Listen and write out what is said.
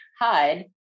hide